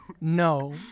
No